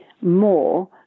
more